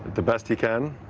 the best he can.